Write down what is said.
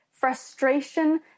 frustration